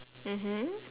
mmhmm